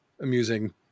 amusing